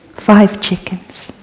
five chickens?